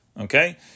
Okay